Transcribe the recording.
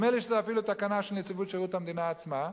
נדמה לי שזו אפילו תקנה של נציבות שירות המדינה עצמה.